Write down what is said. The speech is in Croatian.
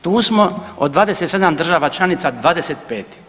Tu smo od 27 država članica 25.